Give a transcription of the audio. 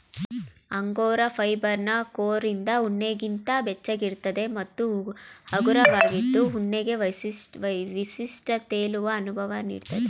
angora ಫೈಬರ್ನ ಕೋರಿಂದ ಉಣ್ಣೆಗಿಂತ ಬೆಚ್ಚಗಿರ್ತದೆ ಮತ್ತು ಹಗುರವಾಗಿದ್ದು ಉಣ್ಣೆಗೆ ವಿಶಿಷ್ಟ ತೇಲುವ ಅನುಭವ ನೀಡ್ತದೆ